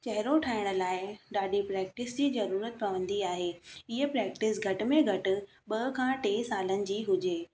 चहिरो ठाहिण लाइ ॾाढी प्रैक्टिस जी ज़रूरत पवंदी आहे इहा प्रैक्टिस घटि में घटि ॿ खां टे सालनि जी हुजे